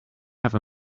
have